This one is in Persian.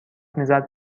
میزد